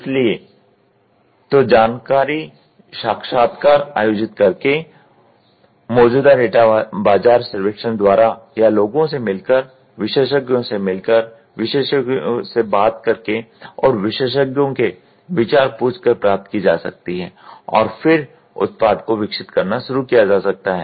इसलिए तो जानकारी साक्षात्कार आयोजित करके मौजूदा डेटा बाजार सर्वेक्षण द्वारा या लोगों से मिल कर विशेषज्ञों से मिल कर विशेषज्ञों से बात करके और विशेषज्ञों के विचार पूछ कर प्राप्त की जा सकती है और फिर उत्पाद को विकसित करना शुरू किया जा सकता है